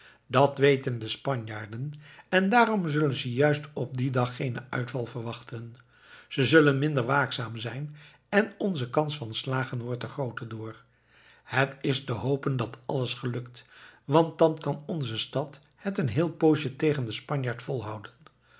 dat weten de spanjaarden en daarom zullen ze juist op dien dag geenen uitval verwachten ze zullen minder waakzaam zijn en onze kans van slagen wordt er grooter door het is te hopen dat alles gelukt want dan kan onze stad het een heel poosje tegen den spanjaard vol